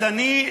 אז אני,